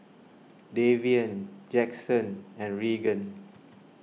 Davian Jackson and Regan